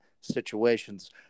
situations